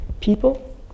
people